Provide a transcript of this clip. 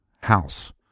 house